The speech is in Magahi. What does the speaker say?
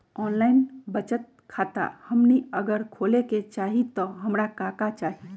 ऑनलाइन बचत खाता हमनी अगर खोले के चाहि त हमरा का का चाहि?